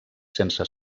sense